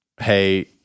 hey